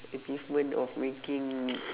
achievement of making